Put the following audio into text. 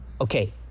Okay